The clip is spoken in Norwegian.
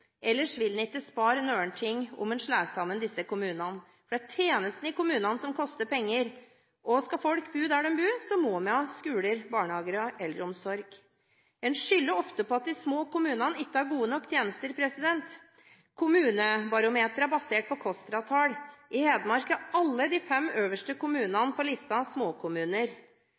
Ellers vil en ikke spare noen ting på å slå sammen disse kommunene. Det er tjenestene i kommunene som koster penger. Skal folk bo der de bor, må man ha skoler, barnehager og eldreomsorg. En skylder ofte på at de små kommunene ikke har gode nok tjenester. Kommunebarometeret er basert på KOSTRA-tall. I Hedmark er alle de fem øverste kommunene på denne listen småkommuner.